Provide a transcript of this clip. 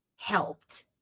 helped